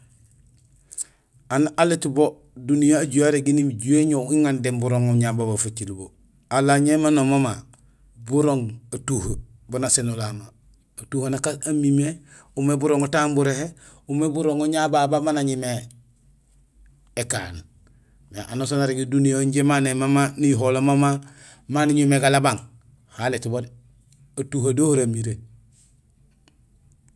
Aan alét bo duniya ajuhé arégi nijuhé iŋandéén buroŋoom ñababa faciil bo. Alaal ñé noom mama burooŋ atuhee baan asénolal mé. Atuhee nak amimé umé buroŋol tahé buréhé, umé buroŋol ñababa ma nañumé ékaan, anusaan arégé duniyahool injé ma némama, niyuhowlo mama ma niñumé galabang, ho alét bo dé atuhee déhoro amiré.